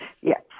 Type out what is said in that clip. yes